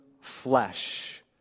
flesh